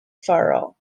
furrow